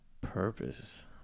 Purpose